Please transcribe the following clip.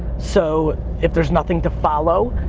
so if there's nothing to follow,